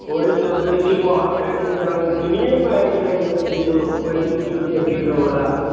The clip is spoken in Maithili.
ओहिसँ बेसी महँग हेतै तखन तऽ दुनिएँमे आगि लागि जेतै यौ पैंतीस रुपए किलोवला